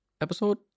episode